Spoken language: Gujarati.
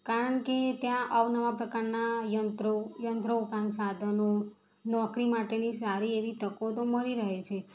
કારણ કે ત્યાં અવનવા પ્રકારના યંત્રો ઉપરાંત સાધનો નોકરી માટેની સારી એવી તકો તો મળી રહે છે